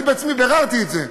אני בעצמי ביררתי את זה.